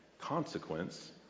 consequence